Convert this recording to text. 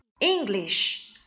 English